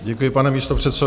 Děkuji, pane místopředsedo.